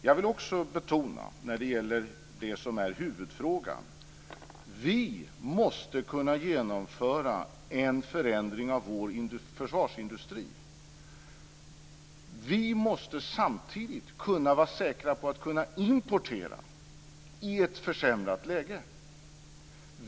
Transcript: Jag vill också betona det som är huvudfrågan här. Vi måste kunna genomföra en förändring av vår försvarsindustri. Vi måste samtidigt kunna vara säkra på att kunna importera i ett försämrat läge.